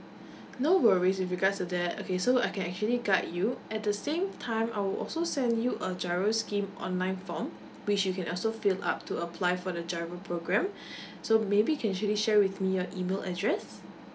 no worries with regards to that okay so I can actually guide you at the same time I will also send you a giro scheme online form which you can also fill up to apply for the giro programme so maybe you can actually share with me your email address